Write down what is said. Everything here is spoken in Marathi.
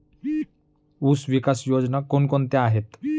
ऊसविकास योजना कोण कोणत्या आहेत?